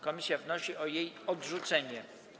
Komisja wnosi o jej odrzucenie.